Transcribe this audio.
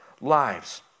lives